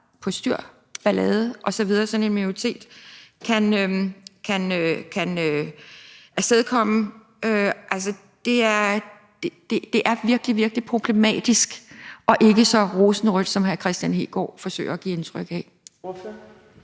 postyr, ballade osv. sådan en minoritet kan afstedkomme. Det er virkelig, virkelig problematisk og ikke så rosenrødt, som hr. Kristian Hegaard forsøger at give indtryk af.